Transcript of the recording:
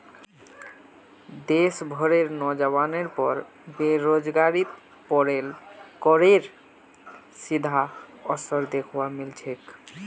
देश भरेर नोजवानेर पर बेरोजगारीत पेरोल करेर सीधा असर दख्वा मिल छेक